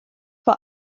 vor